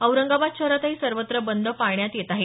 औरंगाबाद शहरातही सर्वत्र बंद पाळण्यात येत आहे